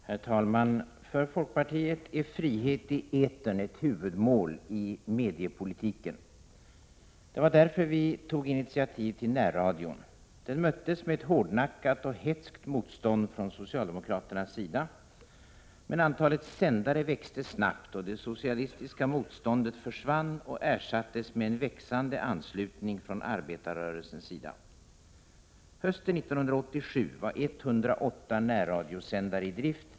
Herr talman! För folkpartiet är frihet i etern ett huvudmål i mediepolitiken. Det var därför vi tog initiativ till närradion. Den möttes med ett hårdnackat och hätskt motstånd från socialdemokraternas sida. Men antalet Hösten 1987 var 108 närradiosändare i drift.